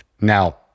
Now